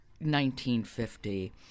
1950